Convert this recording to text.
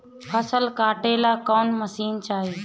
फसल काटेला कौन मशीन चाही?